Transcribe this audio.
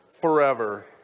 forever